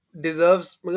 deserves